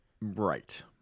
Right